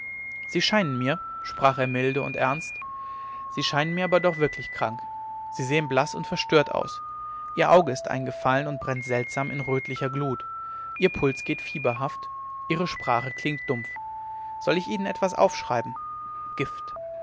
sie scheinen mir sprach er milde und ernst sie scheinen mir aber doch wirklich krank sie sehen blaß und verstört aus ihr auge ist eingefallen und brennt seltsam in rötlicher glut ihr puls geht fieberhaft ihre sprache klingt dumpf soll ich ihnen etwas aufschreiben gift